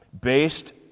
based